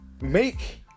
make